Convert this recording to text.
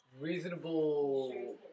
reasonable